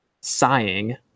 sighing